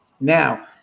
Now